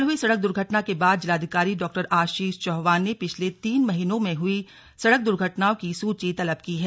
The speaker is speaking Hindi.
कल हुई सड़क दुर्घटना के बाद जिलाधिकारी डा आशीष चौहान ने पिछले तीन महीनों में हुई सड़क दुर्घटनाओं की सूची तलब की हैं